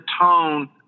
tone